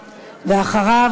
ואחריו,